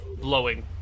blowing